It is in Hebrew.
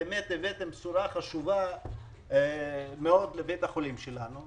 באמת הבאתם בשורה חשובה מאוד לבית החולים שלנו.